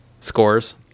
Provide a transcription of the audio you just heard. scores